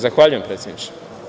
Zahvaljujem, predsedniče.